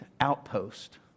outpost